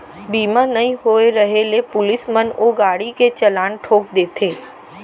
बीमा नइ होय रहें ले पुलिस मन ओ गाड़ी के चलान ठोंक देथे